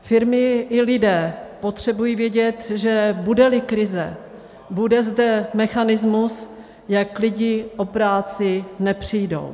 Firmy i lidé potřebují vědět, že budeli krize, bude zde mechanismus, jak lidi o práci nepřijdou.